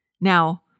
Now